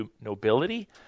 nobility